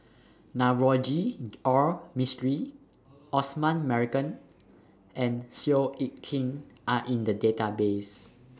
Navroji R Mistri Osman Merican and Seow Yit Kin Are in The Database